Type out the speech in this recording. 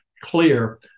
clear